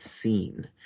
seen